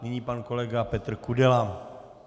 Nyní pan kolega Petr Kudela.